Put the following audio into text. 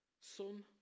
son